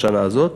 בשנה הזאת,